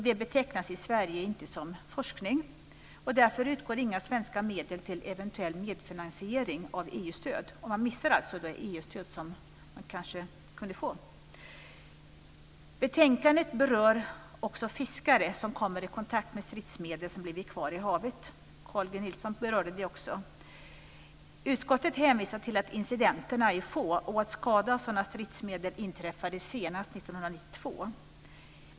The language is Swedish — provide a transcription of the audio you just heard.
Det betecknas i Sverige inte som forskning. Därför utgår inga svenska medel till eventuell medfinansiering av EU-stöd. Man missar alltså EU stöd som man annars kanske kunde få. I betänkandet berörs också fiskare som kommer i kontakt med stridsmedel som blivit kvar i havet. Också Carl G Nilsson berörde det. Utskottet hänvisar till att incidenterna är få och att skada till följd av sådana stridsmedel senast inträffade 1992.